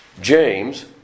James